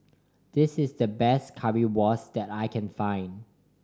this is the best Currywurst that I can find